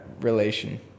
relation